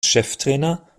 cheftrainer